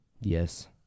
Yes